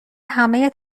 همه